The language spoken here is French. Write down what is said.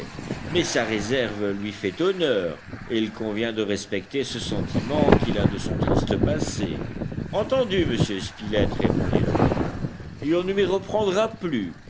mais sa réserve lui fait honneur et il convient de respecter ce sentiment qu'il a de son triste passé entendu monsieur spilett répondit le marin et on ne m'y reprendra plus